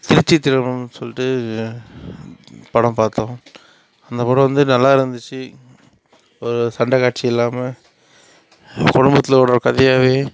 திருச்சிற்றம்பலம்ன்னு சொல்லிட்டு படம் பார்த்தோம் அந்த படம் வந்து நல்லாயிருந்துச்சு ஒரு சண்டை காட்சி இல்லாமல் குடும்பத்தில் ஓடுகிற கதையாகவே